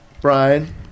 Brian